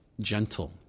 gentle